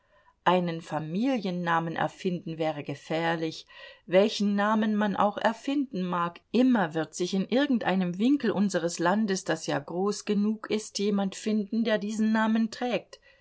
einen familiennamen erfinden wäre gefährlich welchen namen man auch erfinden mag immer wird sich in irgendeinem winkel unseres landes das ja groß genug ist jemand finden der diesen namen trägt